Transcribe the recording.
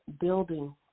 building